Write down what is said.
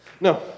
No